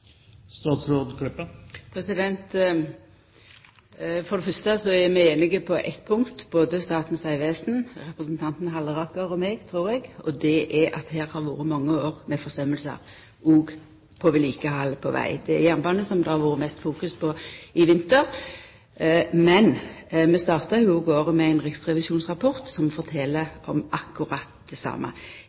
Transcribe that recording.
For det fyrste er vi einige på eitt punkt både Statens vegvesen, representanten Halleraker og eg, trur eg, og det er at det har vore mange år med forsømingar òg når det gjeld vedlikehaldet på veg. Det er jernbanen som det har vore fokusert mest på i vinter. Men vi starta jo året med ein riksrevisjonsrapport som fortel om akkurat det same.